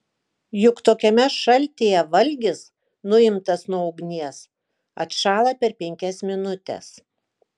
juk tokiame šaltyje valgis nuimtas nuo ugnies atšąla per penkias minutes